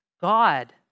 God